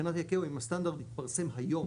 מבחינת ה-ICAO אם הסטנדרט מתפרסם היום